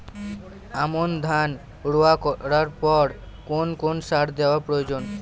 আমন ধান রোয়া করার পর কোন কোন সার দেওয়া প্রয়োজন?